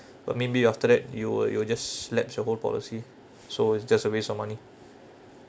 but maybe after that you will you will just slatch your whole policy so it's just a waste of money